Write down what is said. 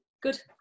Good